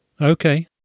Okay